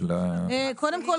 קודם כול,